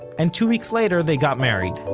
and two weeks later they got married